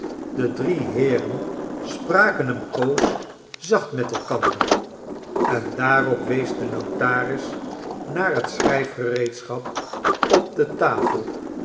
de drie heeren spraken eene poos zacht met elkander en daarop wees de notaris naar het schrijfgereedschap op de tafel